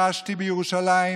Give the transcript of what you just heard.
חשתי בירושלים,